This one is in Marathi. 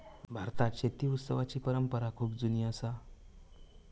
भारतात शेती उत्सवाची परंपरा खूप जुनी असा